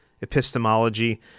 epistemology